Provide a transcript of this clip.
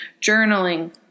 journaling